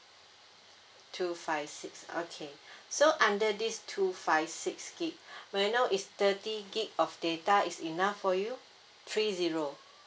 two five six okay so under this two five six gig may I know is thirty gig of data is enough for you three zero